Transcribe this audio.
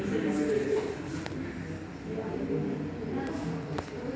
किसानों को बीज की प्राप्ति कैसे होती है?